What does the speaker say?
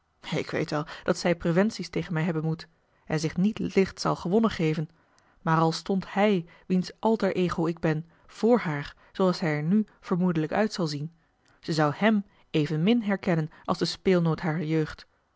ik weet wel dat zij preventies tegen mij hebben moet en zich niet licht zal gewonnen geven maar al stond hij wiens alter ego ik ben vr haar zooals hij er nu vermoedelijk uit zal zien ze zou hem evenmin herkennen als den speelnoot harer jeugd